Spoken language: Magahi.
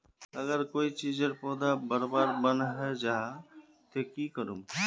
अगर कोई चीजेर पौधा बढ़वार बन है जहा ते की करूम?